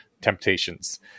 temptations